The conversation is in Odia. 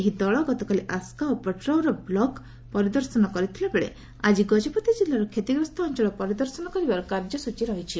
ଏହି ଦଳ ଗତକାଲି ଆସ୍କା ଓ ପଟ୍ରାଉର ବ୍ଲକ୍ ପରିଦର୍ଶନ କରିଥିଲା ବେଳେ ଆଜି ଗଜପତି ଜିଲ୍ଲାର କ୍ଷତିଗ୍ରସ୍ତ ଅଞ୍ଚଳ ପରିଦର୍ଶନ କରିବାର କାର୍ଯ୍ୟସ୍ରଚୀ ରହିଛି